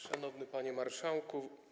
Szanowny Panie Marszałku!